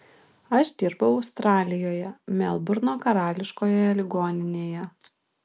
aš dirbau australijoje melburno karališkoje ligoninėje